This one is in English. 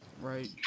Right